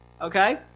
Okay